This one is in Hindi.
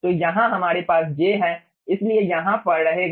तो यहाँ हमारे पास j हैं इसलिए j यहाँ पर रहेगा